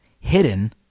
hidden